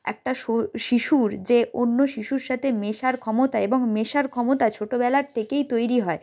একটা শিশুর যে অন্য শিশুর সাথে মেশার ক্ষমতা এবং মেশার ক্ষমতা ছোটোবেলার থেকেই তৈরি হয়